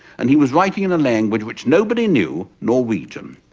and he was writing in a language which nobody knew, norwegian.